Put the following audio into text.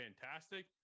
fantastic